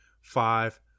Five